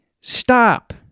stop